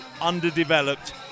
underdeveloped